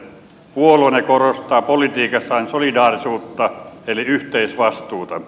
puolueenne korostaa politiikassaan solidaarisuutta eli yhteisvastuuta